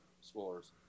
scores